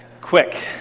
Quick